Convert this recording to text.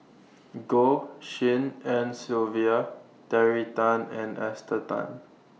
Goh Tshin En Sylvia Terry Tan and Esther Tan